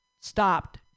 stopped